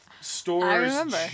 stores